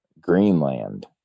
Greenland